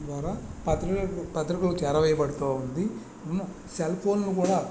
ద్వారా పత్రికలు పత్రికలకు చేరవేయబడుతూ ఉంది సెల్ ఫోన్లు కూడా